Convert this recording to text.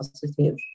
positive